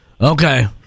Okay